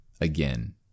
again